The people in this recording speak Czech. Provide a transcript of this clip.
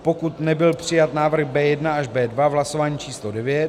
pokud nebyl přijat návrh B1 až B2 v hlasování č. devět